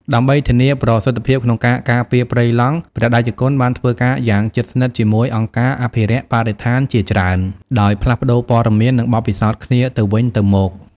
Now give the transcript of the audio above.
ដើម្បីធានាប្រសិទ្ធភាពក្នុងការការពារព្រៃឡង់ ព្រះតេជគុណបានធ្វើការយ៉ាងជិតស្និទ្ធជាមួយ អង្គការអភិរក្សបរិស្ថានជាច្រើន ដោយផ្លាស់ប្ដូរព័ត៌មាន និងបទពិសោធន៍គ្នាទៅវិញទៅមក។